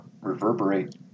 reverberate